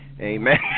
Amen